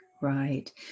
Right